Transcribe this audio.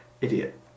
Idiot